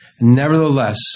nevertheless